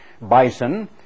bison